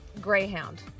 Greyhound